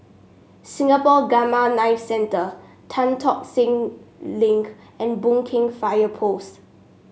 Singapore Gamma Knife Centre Tan Tock Seng Link and Boon Keng Fire Post